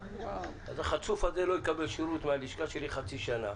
אז החצוף הזה לא יקבל שירות מהלשכה שלי חצי שנה